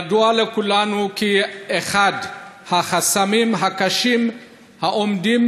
ידוע לכולנו כי אחד החסמים הקשים העומדים